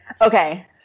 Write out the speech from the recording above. Okay